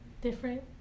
different